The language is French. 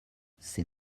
c’est